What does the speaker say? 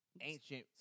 ancient